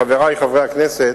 חברי חברי הכנסת,